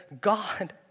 God